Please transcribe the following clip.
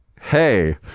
hey